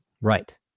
Right